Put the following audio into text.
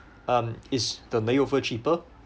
um is the layover cheaper